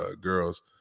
girls